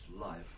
life